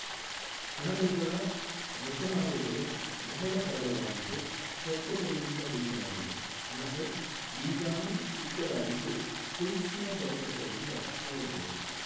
ಅಣಬೆಗಳ ರಚನಾಂಗಗಳು ಬಹಳ ಸರಳವಾಗಿದ್ದು ಸಸ್ಯಗಳಿಗಿಂತ ಭಿನ್ನವಾಗಿದೆ ಅಣಬೆ ಬೀಜಾಣು ಚಿಕ್ಕದಾಗಿದ್ದು ಸೂಕ್ಷ್ಮದರ್ಶಕದಿಂದ ನೋಡ್ಬೋದು